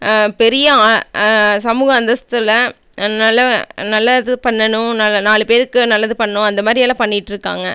பெரிய சமூக அந்தஸ்தில் நல்ல நல்ல இது பண்ணணும் ந நாலு பேருக்கு நல்லது பண்ணும் அந்தமாதிரியெல்லாம் பண்ணிகிட்ருக்காங்க